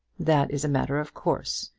that is a matter of course.